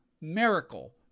miracle